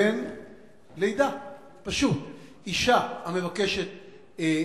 התש"ע 2010,